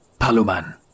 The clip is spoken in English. paluman